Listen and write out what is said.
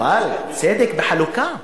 אבל צדק בחלוקה,